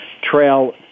trail